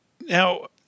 Now